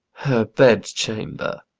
her bedchamber,